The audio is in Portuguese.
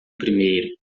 primeiro